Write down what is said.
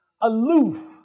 aloof